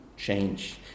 Change